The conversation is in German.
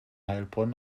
heilbronn